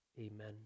amen